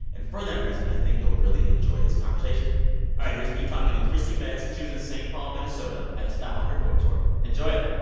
and for that reason, i think you'll really enjoy this conversation. all right. here's me talking to chrissy metz. she was in st. paul, minn, so but at a stop on her book tour. enjoy it